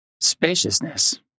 spaciousness